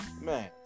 Man